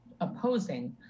opposing